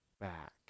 back